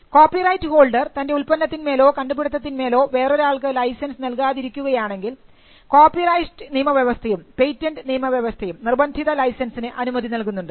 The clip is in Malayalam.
കോപ്പിറൈറ്റ് ഹോൾഡർ തൻറെ ഉത്പന്നത്തിന്മേലോ കണ്ടുപിടിത്തത്തിന്മേലോ വേറൊരാൾക്ക് ലൈസൻസ് നൽകാതിരിക്കുകയാണെങ്കിൽ കോപ്പിറൈറ്റ് നിയമവ്യവസ്ഥയും പേറ്റന്റ് നിയമവ്യവസ്ഥയും നിർബന്ധിത ലൈസൻസിന് അനുമതി നൽകുന്നുണ്ട്